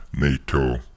NATO